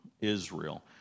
Israel